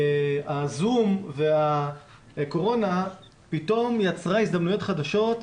הזום והקורונה פתאום יצרה הזדמנויות חדשות,